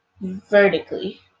vertically